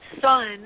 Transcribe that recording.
son